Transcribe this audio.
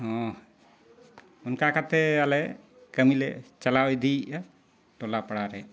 ᱦᱮᱸ ᱚᱱᱠᱟ ᱠᱟᱛᱮᱫ ᱟᱞᱮ ᱠᱟᱹᱢᱤᱞᱮ ᱪᱟᱞᱟᱣ ᱤᱫᱤᱭᱮᱜᱼᱟ ᱴᱚᱞᱟ ᱯᱟᱲᱟᱨᱮ